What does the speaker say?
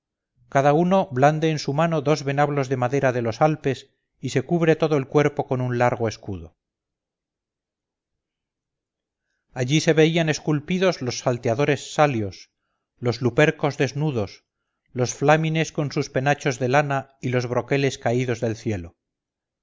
cada uno blande en su mano dos venablos de madera de los alpes y se cubre todo el cuerpo con un largo escudo allí se veían esculpidos los salteadores salios los lupercos desnudos los flamines con sus penachos de lana y los broqueles caídos del cielo